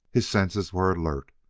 his senses were alert,